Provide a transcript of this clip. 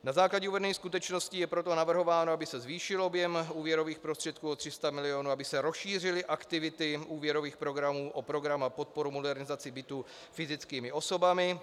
Na základě uvedených skutečností je proto navrhováno, aby se zvýšil objem úvěrových prostředků o 300 milionů, aby se rozšířily aktivity úvěrových programů o program na podporu modernizace bytů fyzickými osobami.